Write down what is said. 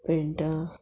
पेंटा